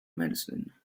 medicine